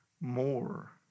more